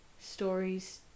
stories